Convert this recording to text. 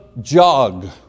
jog